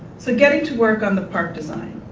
so getting to work on the park design.